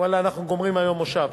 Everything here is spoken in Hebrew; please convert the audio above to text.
ואללה, אנחנו גומרים היום מושב,